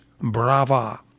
Brava